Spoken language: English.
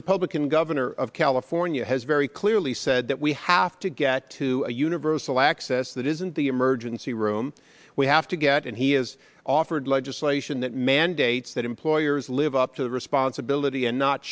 governor of california has very clearly said that we have to get to universal access that isn't the emergency room we have to get and he has offered legislation that mandates that employers live up to the responsibility and not